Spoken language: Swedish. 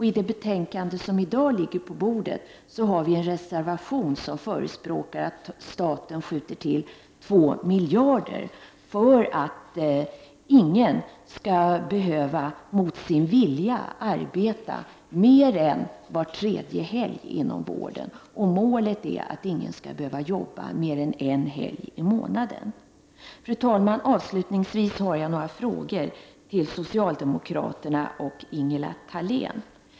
I det betänkande som i dag ligger på riksdagens bord har vpk en reservation, i vilken vi förespråkar att staten skall skjuta till 2 miljarder kronor för att ingen som arbetar inom vården mot sin vilja skall behöva arbeta mer än var tredje helg. Målet är att ingen skall behöva arbeta mer än en helg i månaden. Fru talman! Avslutningsvis har jag några frågor till socialdemokraterna och Ingela Thalén.